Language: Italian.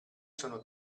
sono